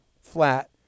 flat